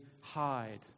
hide